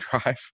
drive